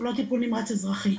הוא לא טיפול נמרץ אזרחי,